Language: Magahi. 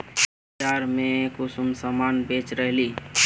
बाजार में कुंसम सामान बेच रहली?